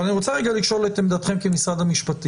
אבל אני רוצה רגע לשאול את עמדתכם כמשרד המשפטים.